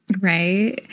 Right